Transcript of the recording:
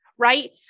Right